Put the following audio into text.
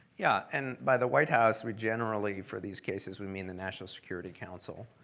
yeah, and by the white house we generally for these cases we mean the national security council,